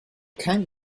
kein